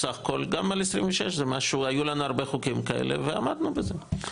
גם על 26. היו לנו הרבה חוקים כאלה ועמדנו בזה.